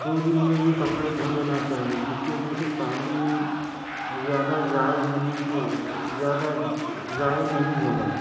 دو دن میں ہی کپڑے دھو لینا چاہیے جس کے وجہ سے پانی زیادہ ضائع ہونے کی زیادہ ضائع نہیں ہوگا